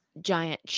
giant